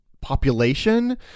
population